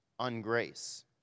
ungrace